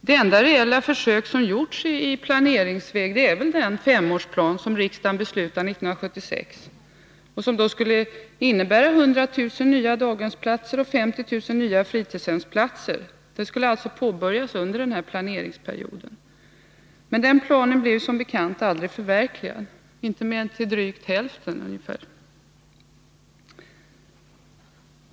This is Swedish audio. Det enda reella försök som har gjorts i planeringsväg är den femårsplan riksdagen beslutade om 1976, som skulle innebära 100 000 nya daghemsplatser och 50 000 nya fritidshemsplatser. De skulle påbörjas under den här planeringsperioden. Men den planen blev som bekant aldrig förverkligad — inte mer än till drygt hälften.